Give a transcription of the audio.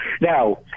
Now